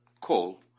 coal